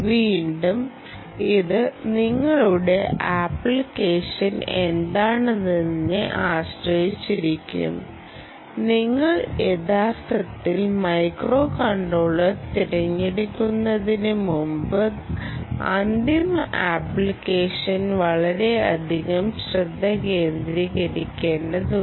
വീണ്ടും ഇത് നിങ്ങളുടെ ആപ്ലിക്കേഷൻ എന്താണെന്നതിനെ ആശ്രയിച്ചിരിക്കും നിങ്ങൾ യഥാർത്ഥത്തിൽ മൈക്രോകൺട്രോളർ തിരഞ്ഞെടുക്കുന്നതിന് മുമ്പ് അന്തിമ ആപ്ലിക്കേഷനിൽ വളരെയധികം ശ്രദ്ധ കേന്ദ്രീകരിക്കേണ്ടതുണ്ട്